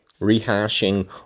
rehashing